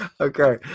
Okay